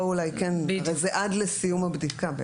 פה זה עד לסיום הבדיקה,